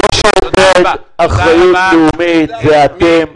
מי שאין לו אחריות לאומית זה אתם.